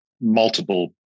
multiple